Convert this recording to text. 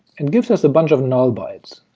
and gives us a bunch of null bytes,